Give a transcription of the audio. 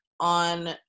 on